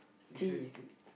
which one you take